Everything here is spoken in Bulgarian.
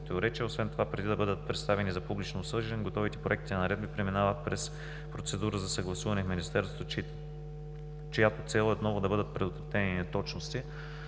Освен това, преди да бъдат представени за публично обсъждане, готовите проекти на наредби преминават през процедура за съгласуване и Министерството, чиято цел е отново да бъдат предотвратени неточности.